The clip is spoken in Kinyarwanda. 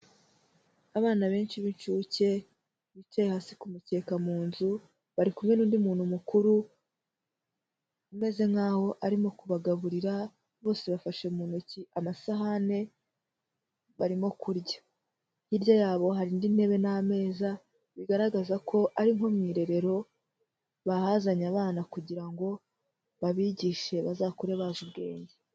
Abana benshi b'incuke bicaye hasi ku mukeka mu nzu, bari kumwe n'undi muntu mukuru, umeze nkaho arimo kubagaburira, bose bafashe mu ntoki amasahani barimo kurya, hirya yabo hari indi ntebe n'ameza, bigaragaza ko ari nko mu irerero, bahazanye abana kugira ngo babigishe bazakure bazi ubwenge.